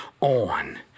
on